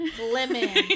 Lemon